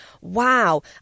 Wow